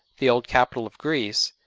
the old capital of greece,